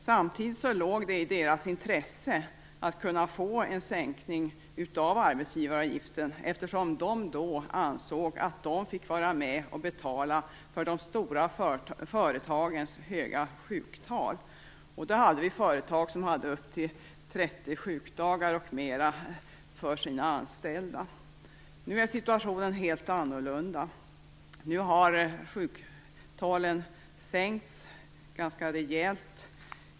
Samtidigt låg en sänkning av arbetsgivaravgiften i deras intresse, eftersom de då ansåg att de fick vara med och betala för de stora företagens höga sjuktal. Då fanns det företag som hade upp till 30 sjukdagar och mer för sina anställda. Nu är situationen helt annorlunda. Nu har sjuktalen sänkts ganska rejält.